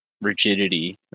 rigidity